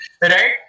Right